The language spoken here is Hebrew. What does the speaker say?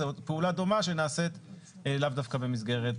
זאת פעולה דומה שנעשית לאו דווקא במסגרת